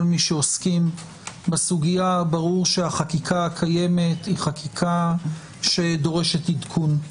מי שעוסקים בסוגיה ברור שהחקיקה הקיימת היא חקיקה שדורשת עדכון,